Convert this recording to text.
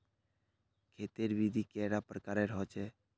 खेत तेर विधि कैडा प्रकारेर होचे?